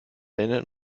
erinnert